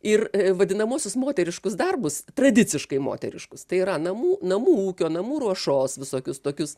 ir vadinamuosius moteriškus darbus tradiciškai moteriškus tai yra namų namų ūkio namų ruošos visokius tokius